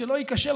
שלא ייכשל,